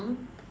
mmhmm